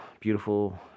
beautiful